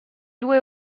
due